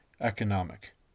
economic